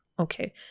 Okay